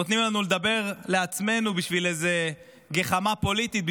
ונותנים לנו לדבר לעצמנו בשביל איזה גחמה פוליטית,